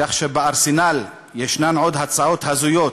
כך שבארסנל יש עוד הצעות הזויות,